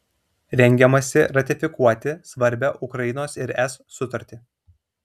rengiamasi ratifikuoti svarbią ukrainos ir es sutartį